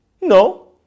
No